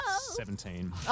Seventeen